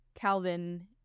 Calvin